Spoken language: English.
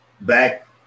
Back